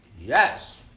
Yes